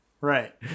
Right